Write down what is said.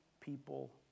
people